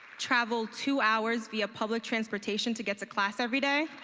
travel two hours via public transportation to get to class every day.